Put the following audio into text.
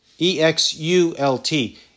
E-X-U-L-T